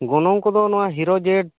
ᱜᱚᱱᱚᱝ ᱠᱚᱫᱚ ᱱᱚᱣᱟ ᱦᱤᱨᱳ ᱡᱮᱴ